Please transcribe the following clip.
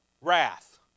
Wrath